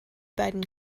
beiden